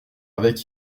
avec